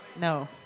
No